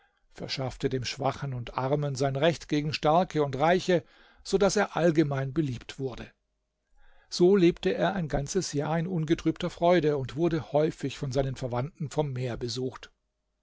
verschaffte dem schwachen und armen sein recht gegen starke und reiche so daß er allgemein beliebt wurde so lebte er ein ganzes jahr in ungetrübter freude und wurde häufig von seinen verwandten vom meer besucht